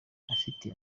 afitiye